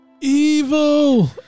Evil